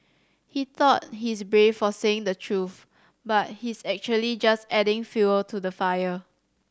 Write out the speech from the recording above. he thought he's brave for saying the truth but he's actually just adding fuel to the fire